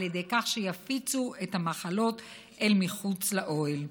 ידי כך שיפיצו את המחלות אל מחוץ לאוהל.